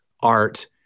art